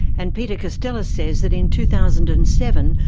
and peter castellas says that in two thousand and seven,